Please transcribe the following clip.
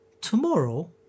Tomorrow